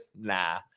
Nah